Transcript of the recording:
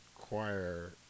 choir